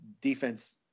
defense –